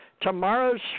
tomorrow's